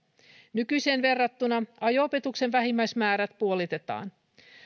nykyiseen verrattuna ajo opetuksen vähimmäismäärät puolitetaan